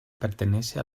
pertenece